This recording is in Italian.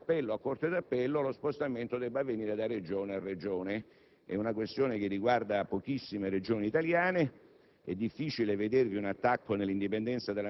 invece che lo spostamento da corte di appello a corte di appello, lo spostamento avvenga da Regione a Regione. È una questione che riguarda pochissime Regioni italiane.